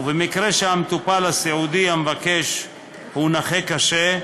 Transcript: ובמקרה שהמטופל הסיעודי המבקש הוא נכה קשה,